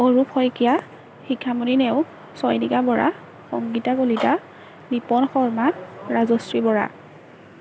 Arup Saikia Sikhamoni Neog Chayanika Bora Sangeeta Kalita Nipon Sharma Rajashree Bora